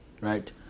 Right